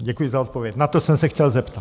Děkuji za odpověď, na to jsem se chtěl zeptat.